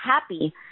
happy